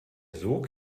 sog